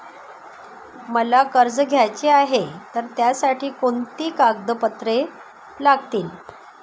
मला कर्ज घ्यायचे आहे तर त्यासाठी कोणती कागदपत्रे लागतील?